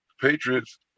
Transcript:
Patriots